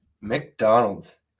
McDonald's